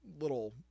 little